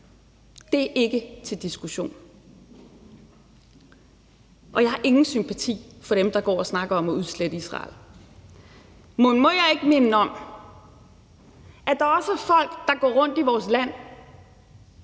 Det er ikke til diskussion. Og jeg har ingen sympati for dem, der går og snakker om at udslette Israel. Men må jeg ikke minde om, at der også er folk, der går rundt i vores land,